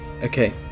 Okay